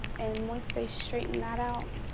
and once they straightened that out,